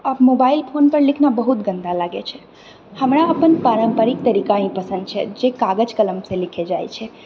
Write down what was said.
आओर mobile phone पर लिखना बहुत गन्दा लागैत छै हमरा अपन पारम्परिक तरिका ही पसन्द छै जे कागज कलमसँ लिखए जाइत छै